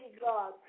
God